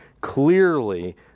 clearly